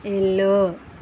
ఇల్లు